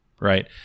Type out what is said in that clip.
right